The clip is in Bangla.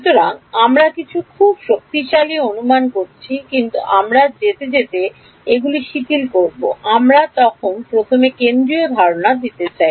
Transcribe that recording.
সুতরাং আমরা কিছু খুব শক্তিশালী অনুমান করছি কিন্তু আমরা যেতে যেতে এগুলি শিথিল করব আমরা তখন প্রথমে কেন্দ্রীয় ধারণা দিতে চাই